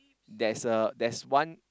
there's a there's one